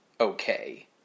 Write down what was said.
okay